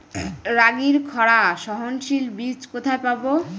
রাগির খরা সহনশীল বীজ কোথায় পাবো?